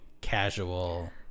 casual